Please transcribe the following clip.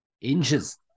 Inches